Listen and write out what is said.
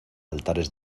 altares